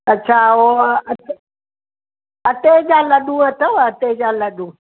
अच्छा ऐं अ अटे ॼा लडू अथव अटे ॼा लडू